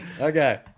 Okay